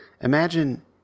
Imagine